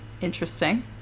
interesting